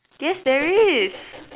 yes there is